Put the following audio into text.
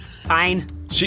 Fine